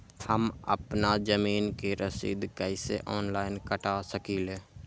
हम अपना जमीन के रसीद कईसे ऑनलाइन कटा सकिले?